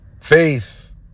Faith